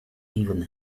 even